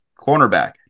cornerback